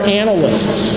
analysts